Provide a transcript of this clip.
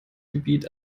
gebiet